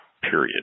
period